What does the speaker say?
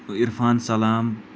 عرفان سَلام